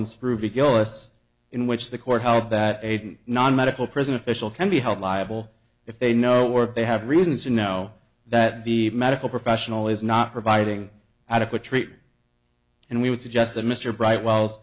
unscrupulous in which the court held that aging non medical prison official can be held liable if they know or if they have reason to know that the medical professional is not providing adequate treatment and we would suggest that mr bright well